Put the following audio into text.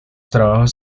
trabajos